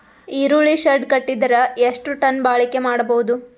ಈರುಳ್ಳಿ ಶೆಡ್ ಕಟ್ಟಿದರ ಎಷ್ಟು ಟನ್ ಬಾಳಿಕೆ ಮಾಡಬಹುದು?